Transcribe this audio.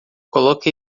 coloque